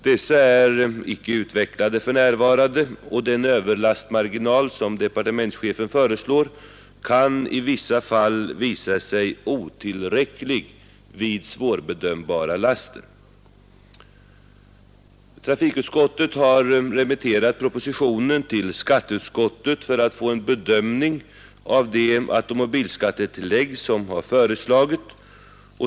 Sådana lastindikatorer är icke utvecklade för närvarande, och den överlastmarginal som departmentschefen föreslår kan i vissa fall visa sig otillräcklig vid svårbedömbara laster. Trafikutskottet har remitterat propositionen till skatteutskottet för att få en bedömning av det automobilskattetillägg som föreslagits.